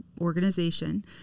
organization